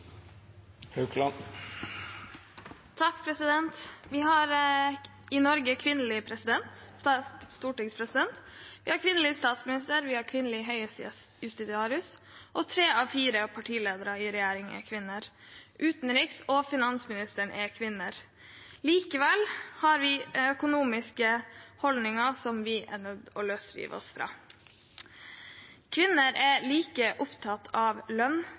Vi har i Norge kvinnelig stortingspresident, vi har kvinnelig statsminister, vi har kvinnelig høyesterettsjustitiarius, tre av fire partiledere i regjeringen er kvinner, og utenriksministeren og finansministeren er kvinner. Likevel har vi økonomiske holdninger som vi er nødt til å løsrive oss fra. Kvinner er like opptatt av lønn